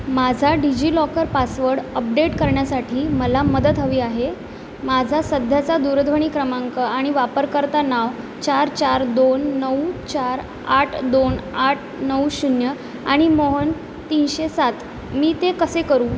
माझा DigiLocker password update करण्यासाठी मला मदत हवी आहे माझा सध्याचा दूरध्वनी क्रमांक आणि वापरकर्ता नाव चार चार दोन नऊ चार आठ दोन आठ नऊ शून्य आणि मोहन तीनशे सात मी ते कसे करू